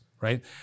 right